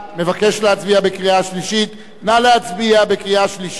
מבקש להצביע בקריאה שלישית?